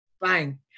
bang